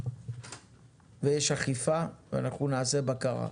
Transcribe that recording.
ויש אכיפה ואנחנו נעשה בקרה,